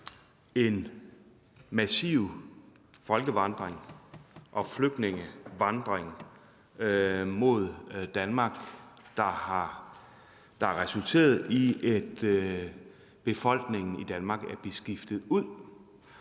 en massiv folkevandring og flygtningevandring mod Danmark, der har resulteret i, at befolkningen i Danmark er blevet skiftet ud.